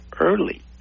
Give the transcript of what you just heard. early